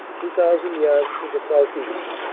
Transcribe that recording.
two thousand yards to the southeast.